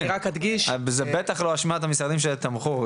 זה בטח לא באשמת המשרדים שתמכו,